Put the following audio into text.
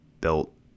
built